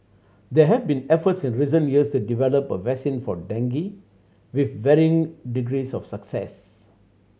there have been efforts in recent years to develop a vaccine for dengue with varying degrees of success